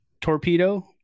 Torpedo